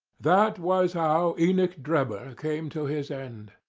that was how enoch drebber came to his end.